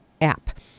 app